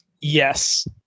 Yes